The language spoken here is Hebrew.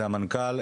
זה המנכ"ל,